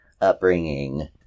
upbringing